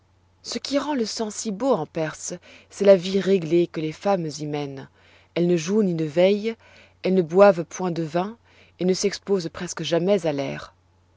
ce qui rend le sang si beau en perse c'est la vie réglée que les femmes y mènent elles ne jouent ni ne veillent elles ne boivent point de vin et ne s'exposent presque jamais à l'air